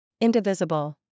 Indivisible